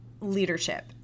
leadership